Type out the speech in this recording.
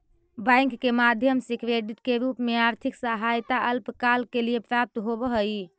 bank के माध्यम से क्रेडिट के रूप में आर्थिक सहायता अल्पकाल के लिए प्राप्त होवऽ हई